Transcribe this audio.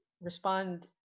Respond